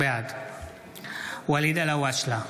בעד ואליד אלהואשלה,